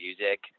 music